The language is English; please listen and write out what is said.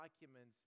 documents